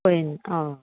पळय आ